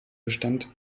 bestand